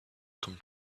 come